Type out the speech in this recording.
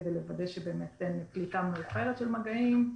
כדי לוודא שבאמת אין קליטה מאוחרת של מגעים,